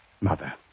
mother